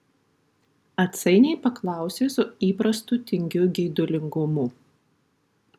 atsainiai paklausė su įprastu tingiu geidulingumu